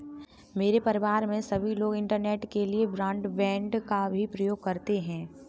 मेरे परिवार में सभी लोग इंटरनेट के लिए ब्रॉडबैंड का भी प्रयोग करते हैं